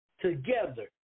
together